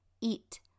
Eat